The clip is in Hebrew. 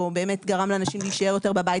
או גרם לאנשים יותר להישאר בבית,